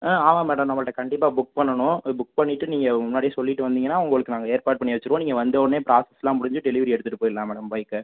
ஆ ஆமாம் மேடம் நம்மள்ட்ட கண்டிப்பாக புக் பண்ணணும் புக் பண்ணிட்டு நீங்கள் முன்னாடியே சொல்லிட்டு வந்தீங்கன்னால் உங்களுக்கு நாங்கள் ஏற்பாடு பண்ணி வச்சிடுவோம் நீங்கள் வந்தோடன்னே ப்ராசஸ்லாம் முடிஞ்சு டெலிவரி எடுத்துட்டு போயிடலாம் மேடம் பைக்கை